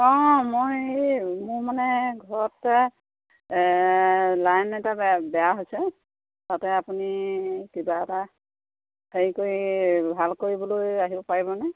অঁ মই মোৰ মানে ঘৰতে লাইন এটা বে বেয়া হৈছে তাতে আপুনি কিবা এটা হেৰি কৰি ভাল কৰিবলৈ আহিব পাৰিবনে